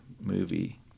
movie